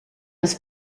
was